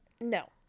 No